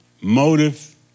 Motive